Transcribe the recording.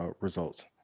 results